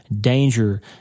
danger